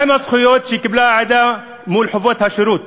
מה הן הזכויות שקיבלה העדה מול חובות השירות?